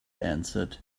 answered